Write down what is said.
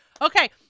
Okay